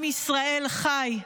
עם ישראל חי.